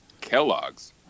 Kellogg's